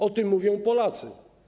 O tym mówią Polacy.